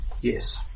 Yes